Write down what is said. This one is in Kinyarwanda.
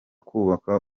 kubaka